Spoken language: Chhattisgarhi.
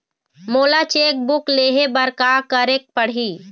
मोला चेक बुक लेहे बर का केरेक पढ़ही?